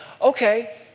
Okay